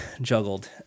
juggled